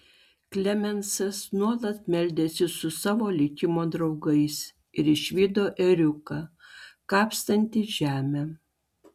klemensas nuolat meldėsi su savo likimo draugais ir išvydo ėriuką kapstantį žemę